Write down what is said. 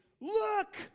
look